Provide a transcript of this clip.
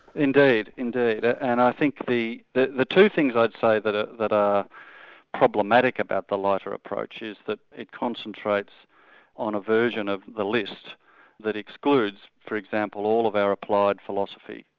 indeed, indeed, ah and i think the the two things i'd say that ah that are problematic about the leiter approach is that it concentrates on a version of the list that excludes for example, all of our applied philosophy.